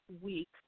week